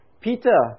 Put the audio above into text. Peter